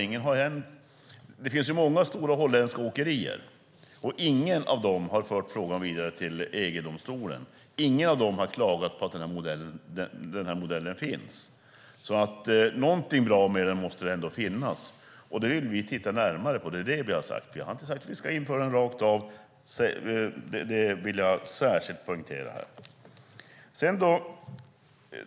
Det finns ju många stora holländska åkerier, och inget av dem har fört frågan vidare till EG-domstolen. Inget av dem har klagat på att den här modellen finns. Något bra med den måste det alltså finnas ändå, och det är det vi vill titta närmare på. Vi har inte sagt att vi ska införa den rakt av. Det vill jag särskilt poängtera.